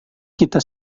kita